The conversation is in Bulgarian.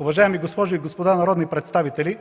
Уважаеми госпожи и господа народни представители!